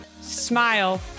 smile